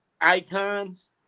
icons